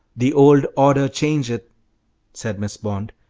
the old order changeth said miss bond,